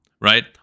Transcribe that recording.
right